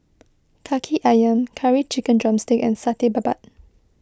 Kaki Ayam Curry Chicken Drumstick and Satay Babat